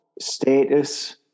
status